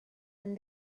and